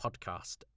podcast